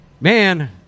Man